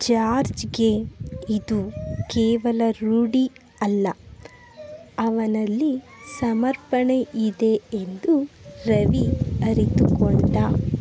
ಜಾರ್ಜ್ಗೆ ಇದು ಕೇವಲ ರೂಢಿ ಅಲ್ಲ ಅವನಲ್ಲಿ ಸಮರ್ಪಣೆ ಇದೆ ಎಂದು ರವಿ ಅರಿತುಕೊಂಡ